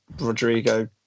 Rodrigo